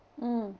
mm